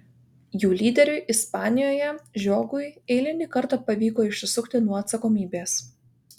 jų lyderiui ispanijoje žiogui eilinį kartą pavyko išsisukti nuo atsakomybės